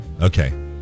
okay